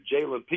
Jalen